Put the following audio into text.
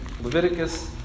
Leviticus